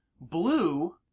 blue